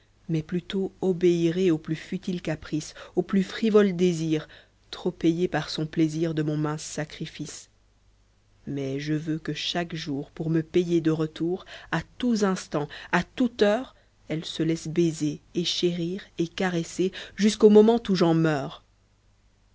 mais plutôt obéirai au plus futile caprice au plus frivole désir trop payé par son plaisir de mon mince sacrifice mais je veux que chaque jour pour me payer de retour a tous instants à toute heure elle se laisse baiser et chérir et caresser jusqu'au moment où j'en meure